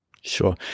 Sure